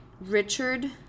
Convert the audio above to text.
Richard